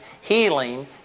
healing